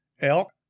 elk